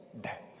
death